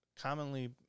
commonly